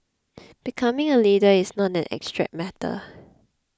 becoming a leader is not an abstract matter